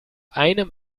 einem